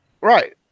Right